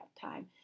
time